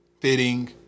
fitting